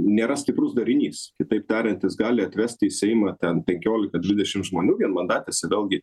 nėra stiprus darinys kitaip tariant jis gali atvest į seimą ten penkiolika dvidešim žmonių vienmandatėse vėlgi